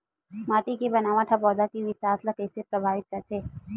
माटी के बनावट हा पौधा के विकास ला कइसे प्रभावित करथे?